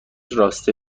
راسته